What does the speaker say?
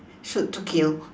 shoot to kill